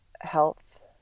health